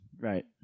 Right